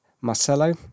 Marcelo